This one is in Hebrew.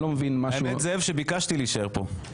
האמת, זאב, ביקשתי להישאר פה.